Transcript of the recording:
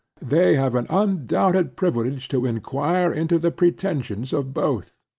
they have an undoubted privilege to inquire into the pretensions of both,